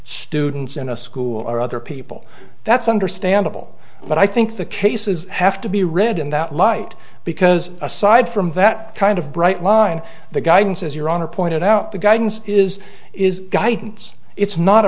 students in a school or other people that's understandable but i think the cases have to be read in that light because aside from that kind of bright line the guidance is your honor pointed out the guidance is is guidance it's not a